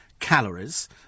calories